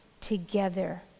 together